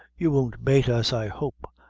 you won't bate us, i hope.